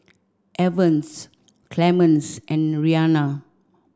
Evans Clemence and Rianna